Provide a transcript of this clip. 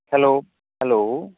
hello hello